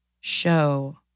show